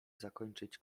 zakończyć